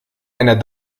einer